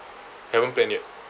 haven't plan yet